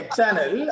channel